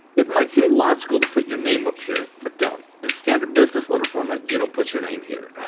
it might seem logical to put your name up here, but don't. in standard business letter format, you don't put your name here.